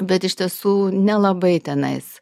bet iš tiesų nelabai tenais